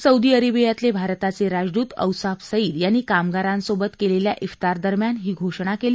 Saudi अरेबियातले भारताचे राजदूत औसाफ सईद यांनी कामगारांसोबत केलेल्या इफ्तार दरम्यान ही घोषणा केली